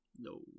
No